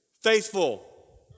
Faithful